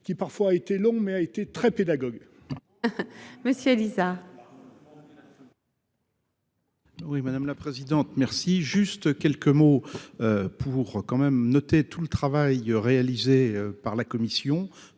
qui parfois a été long mais a été très pédagogue. Monsieur Lisa. Oui madame la présidente merci, juste quelques mots. Pour quand même noter tout le travail réalisé par la Commission,